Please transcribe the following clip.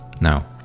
Now